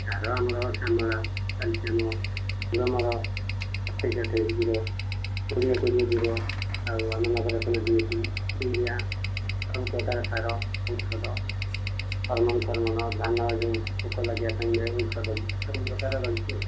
ସାର ଆମର Shyamala calcium Gromor ଅଠେଇଶ ଅଠେଇଶ ଜିରୋ କୋଡ଼ିଏ କୋଡ଼ିଏ ଜିରୋ ଆଉ ଆମ ନବରତ୍ନ ୟୁରିଆ ସବୁପ୍ରକାର ସାର ଔଷଧ ହରମୋନ୍ଫରମୋନ୍ ଧାନ ଯେଉଁ ପୋକ ଲାଗିବା ପାଇଁ ଔଷଧ ବି ସବୁପ୍ରକାର ରହିଛି ଆଉ